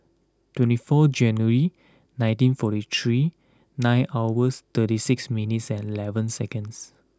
twenty fourth January nineteen forty three nine hours thirty six minutes and eleven seconds